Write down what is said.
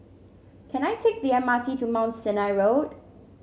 can I take the M R T to Mount Sinai Road